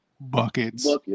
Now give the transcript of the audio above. buckets